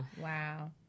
Wow